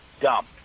dump